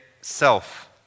self